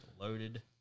loaded